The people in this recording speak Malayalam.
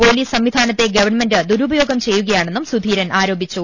പോലീസ് സംവിധാനത്തെ ഗവൺമെന്റ് ദുരുപയോഗം ചെയ്യുക യാണെന്നും സുധീരൻ ആരോപിച്ചു